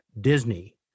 disney